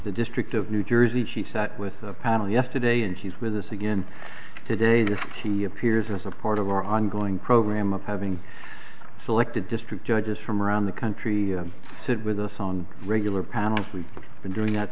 the district of new jersey she sat with a panel yesterday and she's with us again today just she appears as a part of our ongoing program of having selected district judges from around the country sit with us on regular panels we've been doing that